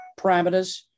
parameters